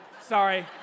Sorry